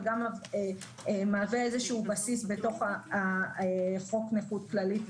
וגם מהווה איזשהו בסיס בתוך חוק נכות כללית.